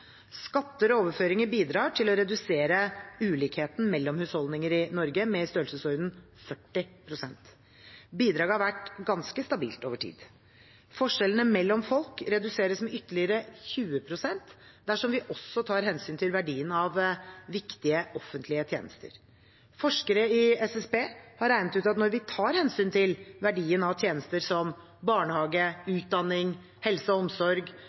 Skatter og overføringer bidrar til å redusere ulikheten mellom husholdninger i Norge med i størrelsesorden 40 pst. Bidraget har vært ganske stabilt over tid. Forskjellene mellom folk reduseres med ytterligere 20 pst. dersom vi også tar hensyn til verdien av viktige offentlige tjenester. Forskere i SSB har regnet ut at når vi tar hensyn til verdien av tjenester som barnehage, utdanning, helse og omsorg,